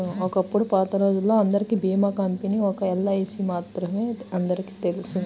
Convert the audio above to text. ఒకప్పుడు పాతరోజుల్లో అందరికీ భీమా కంపెనీ ఒక్క ఎల్ఐసీ మాత్రమే అందరికీ తెలుసు